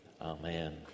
Amen